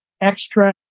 extra